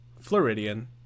Floridian